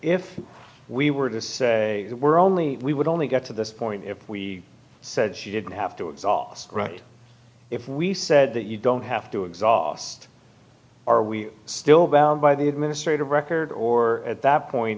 if we were to say we're only we would only get to this point if we said she didn't have to it's all right if we said that you don't have to exhaust are we still bound by the administrative record or at that point